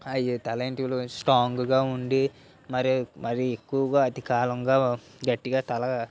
తల వెంట్రుకలు స్ట్రాంగ్గా ఉండి మరి మరీ ఎక్కువగా అతి కాలంగా గట్టిగా తల